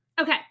Okay